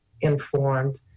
informed